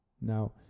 Now